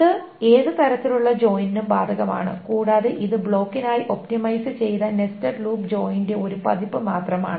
ഇത് ഏത് തരത്തിലുള്ള ജോയിനിനും ബാധകമാണ് കൂടാതെ ഇത് ബ്ലോക്കിനായി ഒപ്റ്റിമൈസ് ചെയ്ത നെസ്റ്റഡ് ലൂപ്പ് ജോയിന്റെ ഒരു പതിപ്പ് മാത്രമാണ്